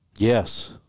Yes